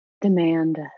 demand